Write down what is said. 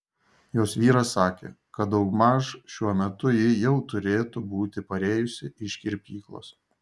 jos vyras sakė kad daugmaž šiuo metu ji jau turėtų būti parėjusi iš kirpyklos